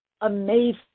amazing